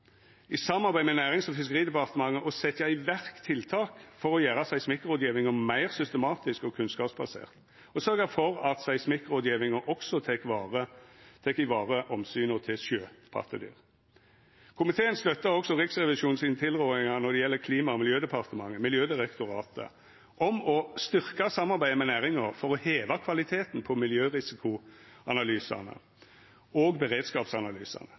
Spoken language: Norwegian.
i samarbeid med Nærings- og fiskeridepartementet setja i verk tiltak for å gjera seismikkrådgjevinga meir systematisk og kunnskapsbasert og sørgja for at seismikkrådgjevinga også tek i vare omsynet til sjøpattedyr Komiteen støttar også Riksrevisjonens tilrådingar når det gjeld Klima- og miljødepartementet og Miljødirektoratet, om å styrkja samarbeidet med næringa for å heva kvaliteten på miljørisikoanalysane og